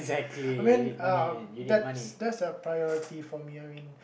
I mean uh that's that's a priority for me I mean